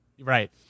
right